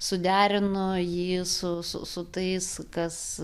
suderin jį su su su tais kas